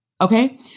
okay